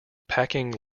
packing